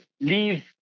leave